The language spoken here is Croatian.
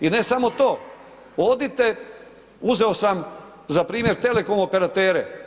I ne samo to, odite, uzeo sam za primjer telekom operatere.